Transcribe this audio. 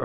or